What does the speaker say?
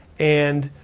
and